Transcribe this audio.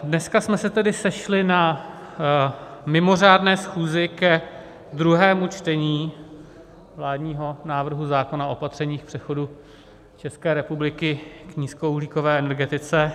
Dneska jsme se tedy sešli na mimořádné schůzi k druhému čtení vládního návrhu zákona o opatřeních k přechodu České republiky k nízkouhlíkové energetice.